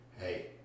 Hey